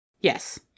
Yes